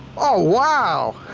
oh wow,